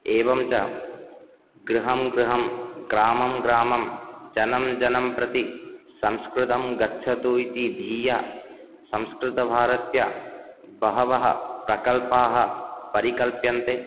एवं च गृहं गृहं ग्रामं ग्रामं जनं जनं प्रति संस्कृतं गच्छतु इति धिया संस्कृत भारत्या बहवः प्रकल्पाः परिकल्प्यन्ते